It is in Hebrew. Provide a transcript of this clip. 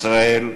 ישראל,